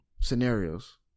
scenarios